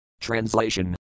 Translation